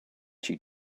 she